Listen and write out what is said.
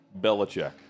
Belichick